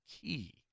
key